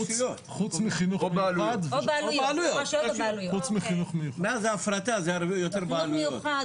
או בעלויות --- מאז ההפרטה זה הרבה יותר בעלויות.